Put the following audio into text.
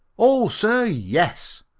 oh, sir, yes.